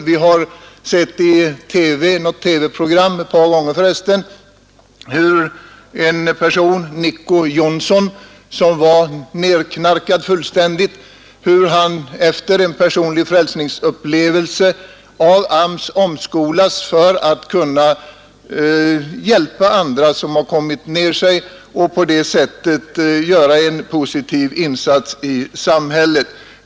Vi har sett i något TV-program — ett par gånger för resten — hur en person, Nicko Jonzon, som var fullständigt nerknarkad, efter en personlig frälsningsupplevelse av AMS omskolats för att kunna hjälpa andra som har kommit ner sig och på det sättet göra en positiv insats i samhället.